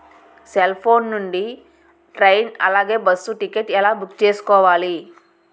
Cell phone నుండి train అలాగే bus ticket ఎలా బుక్ చేసుకోవాలి?